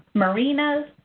marinas,